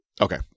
Okay